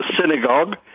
synagogue